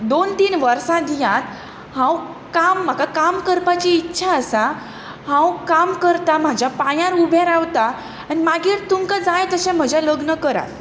दोन तीन वर्सां दियात हांव काम म्हाका काम करपाची इच्छा आसा हांव काम करतां म्हज्या पांयांर उबें रावतां आनी मागीर तुमकां जाय तशें म्हजें लग्न करात